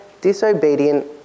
disobedient